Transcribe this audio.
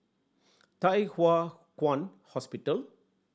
Thye Hua Kwan Hospital